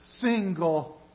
single